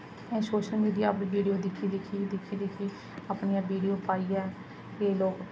social media पर video दिक्खी दिक्खी दिक्खी दिक्खी अपनियां वीडियो पाइयै फिर लोक